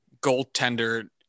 goaltender